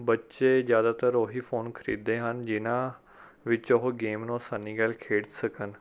ਬੱਚੇ ਜ਼ਿਆਦਾਤਰ ਉਹੀ ਫੋਨ ਖਰੀਦਦੇ ਹਨ ਜਿਨ੍ਹਾਂ ਵਿੱਚ ਉਹ ਗੇਮ ਨੂੰ ਆਸਾਨੀ ਗੈਲ ਖੇਡ ਸਕਣ